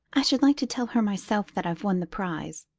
i should like to tell her myself that i've won the prize.